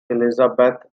elizabeth